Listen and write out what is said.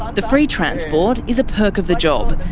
the free transport is a perk of the job,